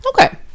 Okay